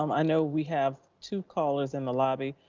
um i know we have two callers in the lobby,